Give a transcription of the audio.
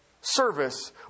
service